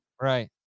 right